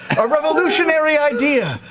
a revolutionary idea!